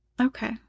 Okay